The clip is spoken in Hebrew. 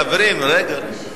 חברים, רגע.